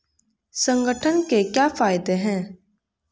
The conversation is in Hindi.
संगठन के क्या फायदें हैं?